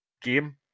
game